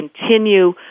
continue